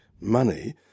money